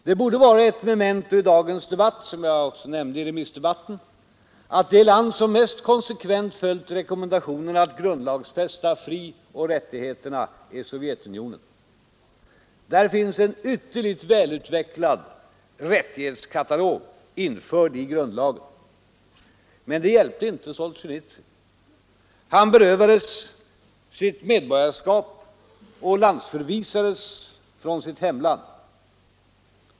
Det borde vara ett memento i dagens debatt, som jag också nämnde i remissdebatten, att det land som mest konsekvent följt rekommendationerna att grundlagsfästa frioch rättigheterna är Sovjetunionen. Där finns en ytterligt välutvecklad rättighetskatalog införd i grundlagen. Men det hjälpte inte Solzjenitsyn. Han berövades sitt medborgarskap och landsförvisades från sitt hemland.